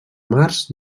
març